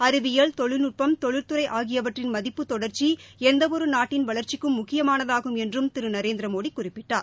அறிவியல் தொழில்நுட்பம் தொழில்துறை ஆகியவற்றின் மதிப்பு தொடர்ச்சி எந்த ஒரு நாட்டின் வளர்ச்சிக்கும் முக்கியமானதாகும் என்றும் திரு திரு நரேந்திரமோடி குறிப்பிட்டார்